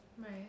right